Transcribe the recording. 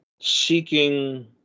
seeking